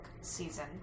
season